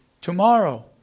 tomorrow